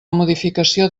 modificació